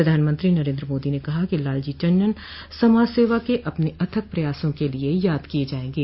प्रधानमंत्री नरेन्द्र मोदी ने कहा कि लालजी टंडन समाज सेवा के अपने अथक प्रयासों के लिए याद किए जाएंगे